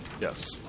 Yes